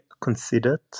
Considered